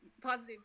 positive